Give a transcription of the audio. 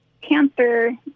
cancer